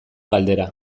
galdera